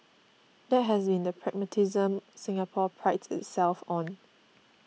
that has been the pragmatism Singapore prides itself on